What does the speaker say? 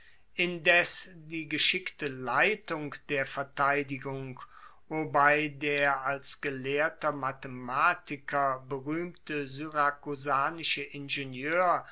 indes die geschickte leitung der verteidigung wobei der als gelehrter mathematiker beruehmte syrakusanische ingenieur